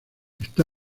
está